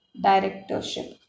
directorship